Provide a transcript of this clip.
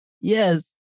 Yes